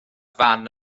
fan